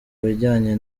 bijyanye